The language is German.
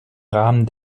rahmen